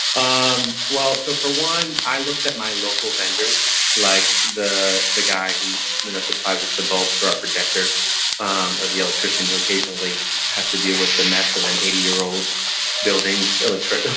um well. so for one, i looked at my local vendors, like the the guy who you know supplies us the bulbs for a projector um or the electrician who occasionally has to deal with the mess of an eighty year old buildings electric.